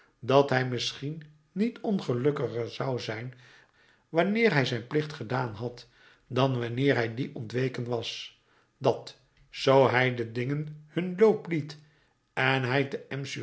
dat hij misschien niet ongelukkiger zou zijn wanneer hij zijn plicht gedaan had dan wanneer hij dien ontweken was dat zoo hij de dingen hun loop liet en hij te